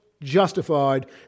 justified